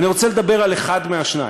אני רוצה לדבר על אחד מהשניים.